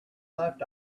left